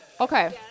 Okay